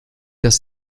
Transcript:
dass